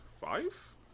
five